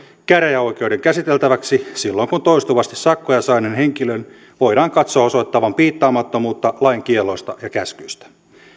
käräjäoikeuden käsiteltäväksi silloin kun toistuvasti sakkoja saaneen henkilön voidaan katsoa osoittavan piittaamattomuutta lain kielloista ja käskyistä